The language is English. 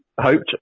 hoped